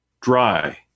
dry